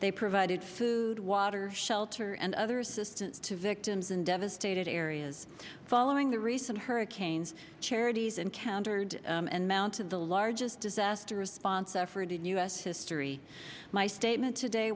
they provided food water shelter and other assistance to victims and devastated areas following the recent hurricanes charities encountered and mounted the largest disaster response effort in u s history my statement today